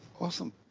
Awesome